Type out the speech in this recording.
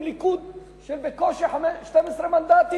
עם ליכוד של בקושי 12 מנדטים,